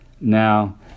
Now